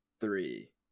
three